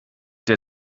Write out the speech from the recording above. der